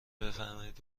بفرمایید